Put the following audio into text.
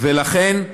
ולכן,